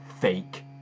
fake